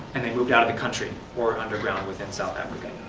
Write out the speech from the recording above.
and they moved out of the country or underground within south africa.